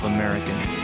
Americans